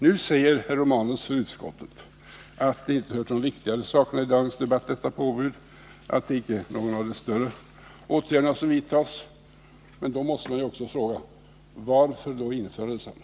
Nu säger herr Romanus från socialutskottet att detta påbud icke hör till de viktiga sakerna i dagens debatt, att det icke är en av de större åtgärderna som vidtas. Men då måste man också fråga: Varför skall man då införa detsamma?